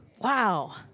Wow